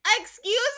Excuse